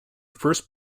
first